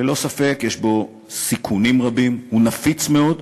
שללא ספק יש בו סיכונים רבים, הוא נפיץ מאוד,